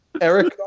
Eric